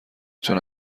تونه